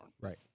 right